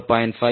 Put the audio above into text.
5 மற்றும் 0